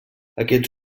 aquests